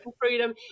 freedom